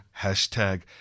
hashtag